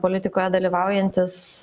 politikoje dalyvaujantis